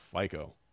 FICO